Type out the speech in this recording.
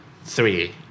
three